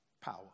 power